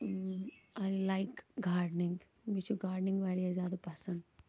I like gardening مےٚ چھُ gardening واریاہ زیادٕ پَسَنٛد